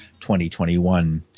2021